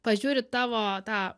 pažiūri tavo tą